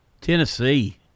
Tennessee